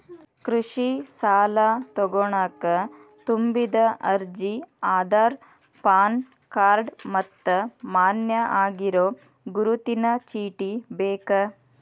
ಕೃಷಿ ಸಾಲಾ ತೊಗೋಣಕ ತುಂಬಿದ ಅರ್ಜಿ ಆಧಾರ್ ಪಾನ್ ಕಾರ್ಡ್ ಮತ್ತ ಮಾನ್ಯ ಆಗಿರೋ ಗುರುತಿನ ಚೇಟಿ ಬೇಕ